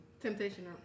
Temptation